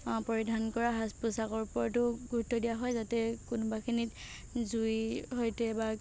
পৰিধান কৰা সাজ পোচাকৰ ওপৰতো গুৰুত্ব দিয়া হয় যাতে কোনোবাখিনিত জুই সৈতে বা